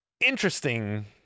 interesting